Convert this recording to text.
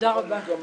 הישיבה נעולה.